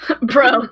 Bro